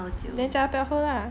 then 叫他不要喝啦